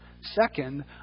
Second